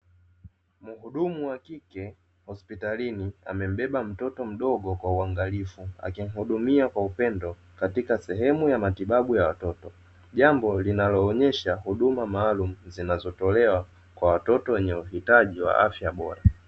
Mhudumu wa kike hospitalini amembeba mtoto mdogo kwa uangalifu akimhudumia kwa upendo katika sehemu ya matibabu ya watoto, jambo linaloonyesha huduma maalum zinazotolewa kwa watoto wenye uhitaji wa afya bora.